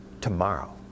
tomorrow